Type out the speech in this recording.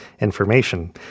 information